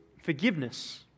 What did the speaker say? forgiveness